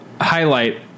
highlight